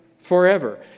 forever